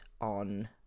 on